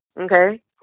Okay